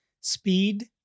speed